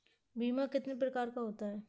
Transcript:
बीमा कितने प्रकार का होता है?